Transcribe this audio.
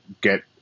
get